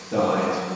died